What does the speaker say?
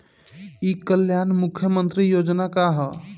ई कल्याण मुख्य्मंत्री योजना का है?